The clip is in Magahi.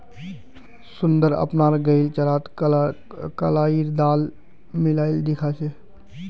सुंदर अपनार गईक चारात कलाईर दाल मिलइ खिला छेक